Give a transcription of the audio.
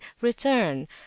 return